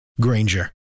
Granger